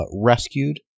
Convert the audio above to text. rescued